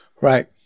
Right